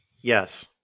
Yes